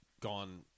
gone